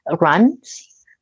runs